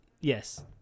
yes